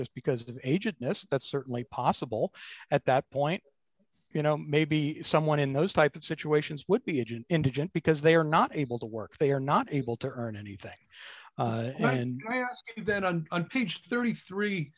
just because of age and yes that's certainly possible at that point you know maybe someone in those type of situations would be agent indigent because they are not able to work they are not able to earn anything and then on on page thirty three